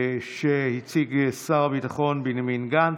שהציג שר הביטחון בנימין גנץ,